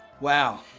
Wow